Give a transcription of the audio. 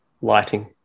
lighting